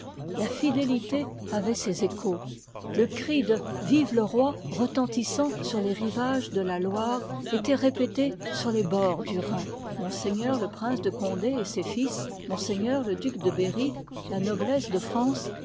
la fidélité avoit ses échos le cri de jive le roi retentissant sur les rivages de la loire étoit répété sur les bords du rhin m'le prince de condé et ses fils my le duc de berry la noblesse de france